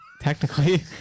Technically